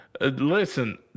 Listen